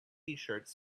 tshirts